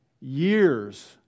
years